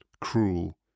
cruel